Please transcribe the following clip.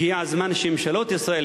הגיע הזמן שממשלות ישראל,